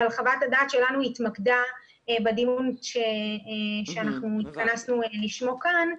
אבל חוות הדעת שלנו התמקדה בדיון שאנחנו התכנסנו לשמו כאן,